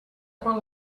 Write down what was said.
quan